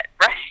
Right